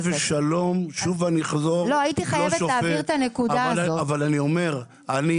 אני לא שופט אבל אני אומר שראיתי